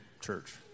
church